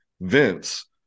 vince